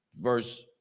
verse